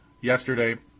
yesterday